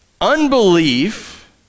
Unbelief